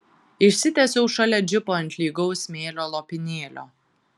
išsitiesiau šalia džipo ant lygaus smėlio lopinėlio